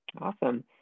Awesome